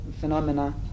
phenomena